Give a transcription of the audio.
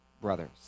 brothers